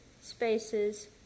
spaces